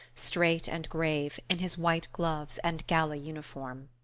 straight and grave, in his white gloves and gala uniform.